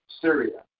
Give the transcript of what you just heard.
Syria